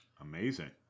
Amazing